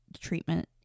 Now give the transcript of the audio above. treatment